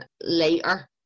later